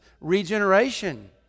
regeneration